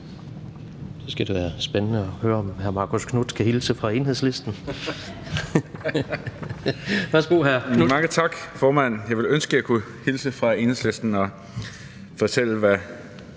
Det skal være spændende at høre, om hr. Marcus Knuth kan hilse fra Enhedslisten. Værsgo, hr.